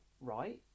right